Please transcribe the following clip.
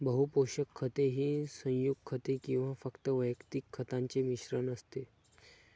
बहु पोषक खते ही संयुग खते किंवा फक्त वैयक्तिक खतांचे मिश्रण असते